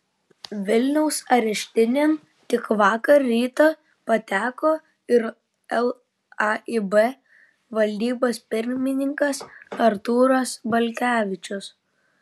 vilniaus areštinėn tik vakar rytą pateko ir laib valdybos pirmininkas artūras balkevičius